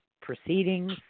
proceedings